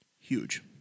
huge